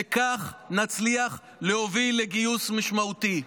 וכך נצליח להוביל לגיוס משמעותי.